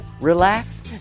relax